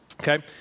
okay